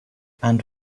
and